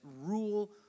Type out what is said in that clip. rule